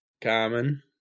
common